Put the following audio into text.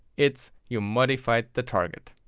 it's you modified the target.